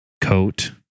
coat